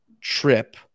trip